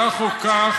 כך או כך,